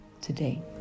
today